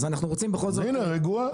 הנה, רגועה.